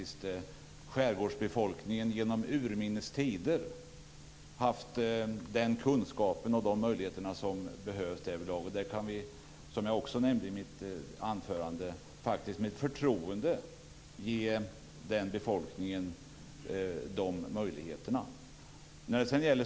Skärgårdsbefolkningen har faktiskt sedan urminnes tider haft de kunskaper och de möjligheter som behövs därvidlag. Vi kan, som jag också nämnde i mitt anförande, med förtroende ge den befolkningen de möjligheterna.